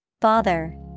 Bother